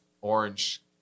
orange